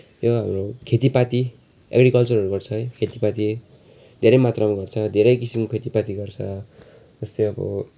यो हाम्रो खेतीपाती एग्रिकल्चरहरू गर्छ है खेतीपाती धेरै मात्रामा गर्छ धैरै किसिमको खेतीपाती गर्छ जस्तै अब